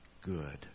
good